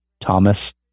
Thomas